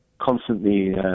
constantly